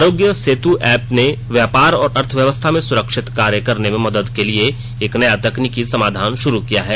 आरोग्य सेतु ऐप ने व्यापार और अर्थव्यवस्था में सुरक्षित कार्य करने में मदद के लिए एक नया तकनीकी समाधान शुरू किया है